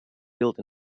built